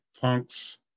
punks